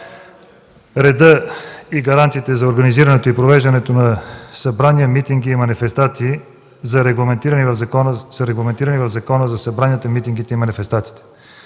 Редът и гаранциите за организирането и провеждането на събрания, митинги и манифестации са регламентирани в Закона за събранията, митингите и манифестациите.